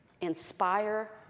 inspire